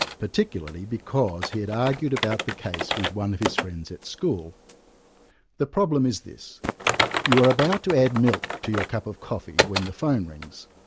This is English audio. particularly because he had argued about the case with one of his friends at school the problem is this you are about to add milk to your cup of coffee when the phone rings.